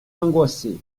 angoissée